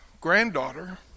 granddaughter